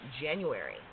January